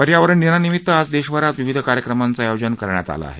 पर्यावरण दिनानिमित्त आज देशभरात विविध कार्यक्रमांचं आयोजन करण्यात आलं आहे